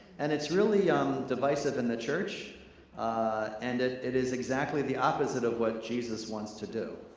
and it's really um divisive in the church and it it is exactly the opposite of what jesus wants to do.